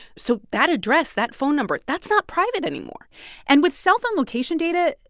so that address, that phone number, that's not private anymore and with cellphone location data,